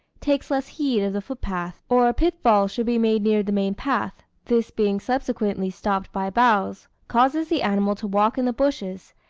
takes less heed of the footpath. or a pitfall should be made near the main path this being subsequently stopped by boughs, causes the animal to walk in the bushes,